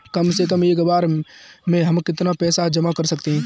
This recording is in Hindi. कम से कम एक बार में हम कितना पैसा जमा कर सकते हैं?